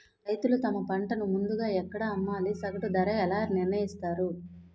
రైతులు తమ పంటను ముందుగా ఎక్కడ అమ్మాలి? సగటు ధర ఎలా నిర్ణయిస్తారు?